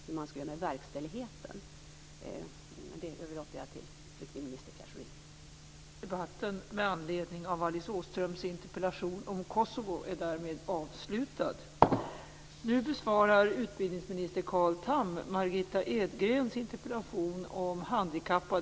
Den diskussionen överlåter jag till flyktingminister Pierre Schori.